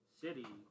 city